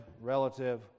relative